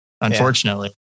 unfortunately